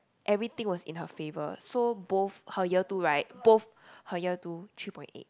everything was in her favour so both her year two right both her year two three point eight